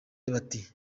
ati